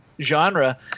genre